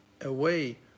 away